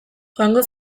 joango